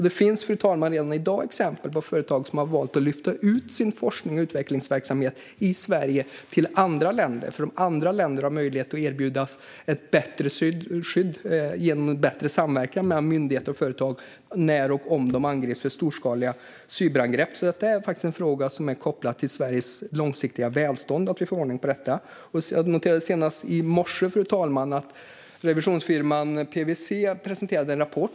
Det finns, fru talman, redan i dag exempel på företag som har valt att lyfta ut sin forsknings och utvecklingsverksamhet i Sverige till andra länder eftersom andra länder kan erbjuda ett bättre skydd med hjälp av bättre samverkan mellan myndigheter och företag när och om de utsätts för storskaliga cyberangrepp. Detta är en fråga som är kopplad till Sveriges långsiktiga välstånd. Jag noterade senast i morse, fru talman, att revisionsfirman PWC presenterade en rapport.